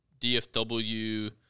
DFW